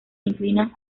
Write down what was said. inclinan